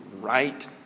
right